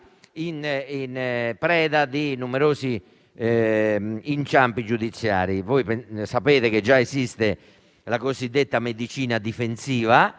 in preda a numerosi inciampi giudiziari. Voi sapete che esiste già la cosiddetta medicina difensiva,